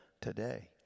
today